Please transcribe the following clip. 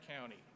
County